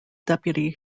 deputy